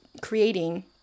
creating